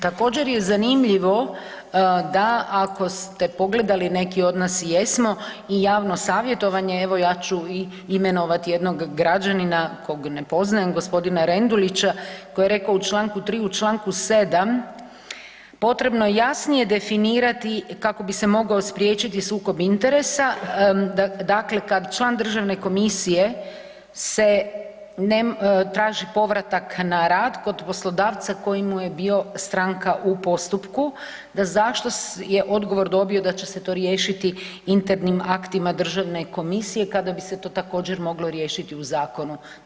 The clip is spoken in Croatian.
Također je zanimljivo da ako ste pogledali, neki od nas i jesmo i javno savjetovanje, evo ja ću i imenovati jednog građanina kog ne poznajem gospodina Rendulića koji je rekao u Članku 3., u Članku 7. potrebno je jasnije definirati kako bi se mogao spriječiti sukob interesa, dakle kad član državne komisije se, traži povratak na rad kod poslodavca koji mu je bio stranka u postupku da zašto je odgovor dobio da će se to riješiti internim aktima državne komisije kada bi se to također moglo riješiti u zakonu.